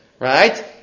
right